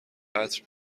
عطر